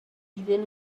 iddyn